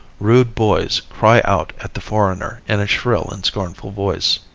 rude boys cry out at the foreigner in a shrill and scornful voice.